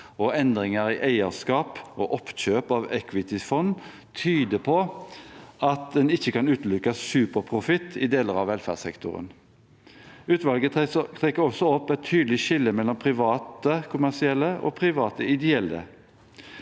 Endringer i eierskap og oppkjøp av equity-fond tyder på at man ikke kan utelukke superprofitt i deler av velferdssektoren. Utvalget trekker også opp et tydelig skille mellom private kommersielle og private ideelle